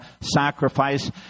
sacrifice